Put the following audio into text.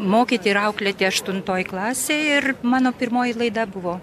mokyti ir auklėti aštuntoj klasėj ir mano pirmoji laida buvo